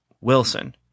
Wilson